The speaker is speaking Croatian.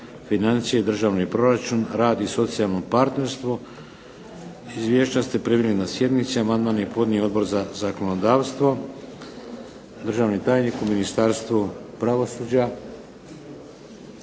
financije i državni proračun, rad i socijalno partnerstvo. Izvješća ste primili na sjednici. Amandman je podnio Odbor za zakonodavstvo. Državni tajnik u Ministarstvu pravosuđa,